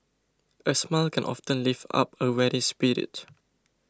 a smile can often lift up a weary spirit